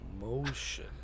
motion